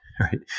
Right